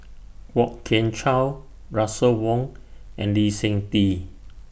Kwok Kian Chow Russel Wong and Lee Seng Tee